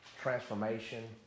transformation